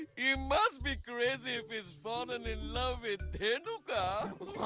and he must be crazy he's fallen in love with and